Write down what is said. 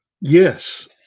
Yes